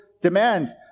demands